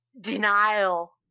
denial